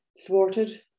thwarted